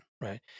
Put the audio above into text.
right